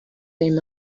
them